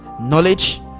knowledge